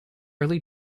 early